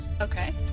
Okay